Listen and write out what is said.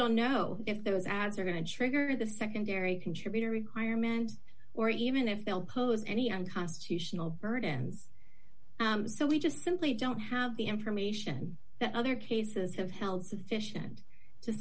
don't know if there was ads are going to trigger the secondary contributor requirements or even if they'll pose any unconstitutional burdens so we just simply don't have the information that other cases have held sufficient to